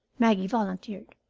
maggie volunteered.